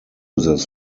this